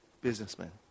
businessman